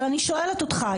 אבל אני שואלת אותך,